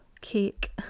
cake